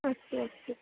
अस्तु अस्तु